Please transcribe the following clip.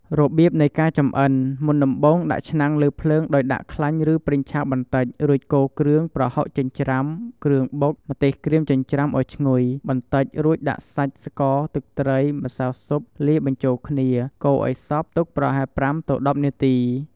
របៀបនៃការចម្អិន មុនដំបូងដាក់ឆ្នាំងលើភ្លើងដោយដាក់ខ្លាញ់ឬប្រេងឆាបន្តិច រួចកូរគ្រឿង ប្រហុកចិញ្ច្រាំ គ្រឿងបុក ម្ទេសក្រៀមចិញ្ច្រាំឱ្យឈ្ងុយ បន្តិចរួចដាក់សាច់ ស្ករ ទឹកត្រី ម្សៅស៊ុប លាយបញ្ចូលគ្នា កូរឱ្យសព្វទុកប្រហែល ៥-១០នាទី។